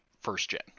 first-gen